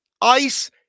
ice